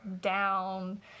down